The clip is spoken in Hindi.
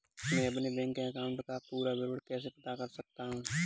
मैं अपने बैंक अकाउंट का पूरा विवरण कैसे पता कर सकता हूँ?